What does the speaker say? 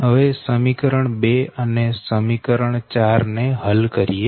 હવે સમીકરણ 2 અને સમીકરણ 4 ને હલ કરીએ